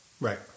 Right